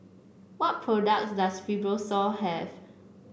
what products does Fibrosol have